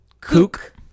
Kook